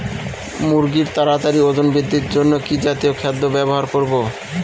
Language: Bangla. মুরগীর তাড়াতাড়ি ওজন বৃদ্ধির জন্য কি জাতীয় খাদ্য ব্যবহার করব?